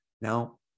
now